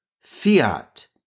fiat